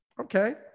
Okay